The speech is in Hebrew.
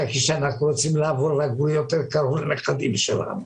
כשאנחנו רוצים לעבור לגור יותר קרוב לנכדים שלנו.